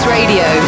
Radio